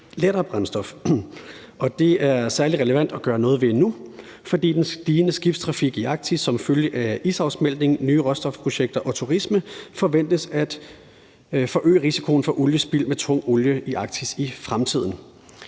lettere brændstof. Og det er særlig relevant at gøre noget ved nu, fordi den stigende skibstrafik i Arktis som følge af isafsmeltning, nye råstofprojekter og turisme forventes at forøge risikoen for oliespild med tung olie i Arktis i fremtiden.